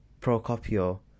Procopio